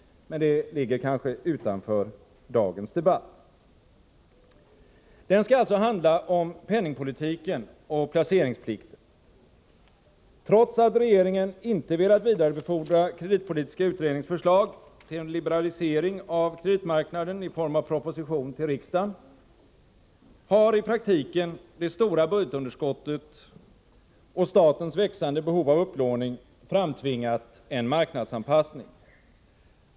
Men det ligger kanske utanför dagens debatt. Den skall alltså handla om penningpolitiken och placeringsplikten. Trots att regeringen inte velat vidarebefordra kreditpolitiska utredningens förslag till en liberalisering av kreditmarknaden i form av proposition till riksdagen, har i praktiken det stora budgetunderskottet och statens växande behov av upplåning framtvingat en marknadsanpassning.